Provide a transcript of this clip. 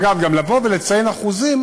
אגב, גם לבוא ולציין אחוזים,